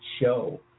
show